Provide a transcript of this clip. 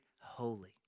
holy